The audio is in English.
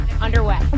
underway